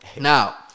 Now